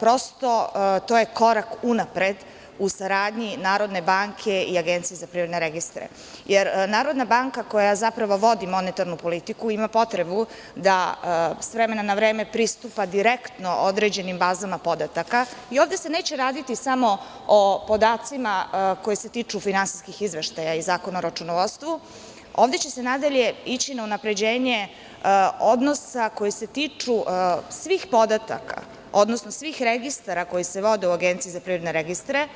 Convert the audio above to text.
Prosto, to je korak unapred u saradnji Narodne banke i APR. Jer, Narodna banka koja zapravo vodi monetarnu politiku i ima potrebu da s vremena na vreme pristupa direktno određenim bazama podataka i ovde se neće raditi samo o podacima koji se tiču finansijskih izveštaja i Zakona o računovodstvu, ovde će se nadalje ići na unapređenje odnosa koji se tiču svih podataka, odnosno svih registara koji se vode u APR